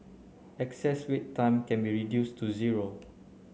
excess wait time can be reduced to zero